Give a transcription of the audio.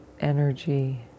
energy